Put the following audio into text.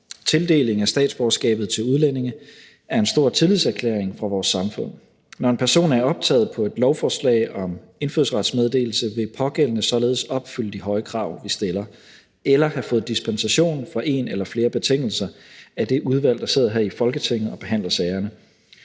Tildeling af statsborgerskabet til udlændinge er en stor tillidserklæring fra vores samfunds side. Når en person er optaget på et lovforslag om indfødsretsmeddelelse, vil pågældende således opfylde de høje krav, vi stiller, eller have fået dispensation fra en eller flere betingelser af det udvalg, der sidder her i Folketinget og behandler sagerne.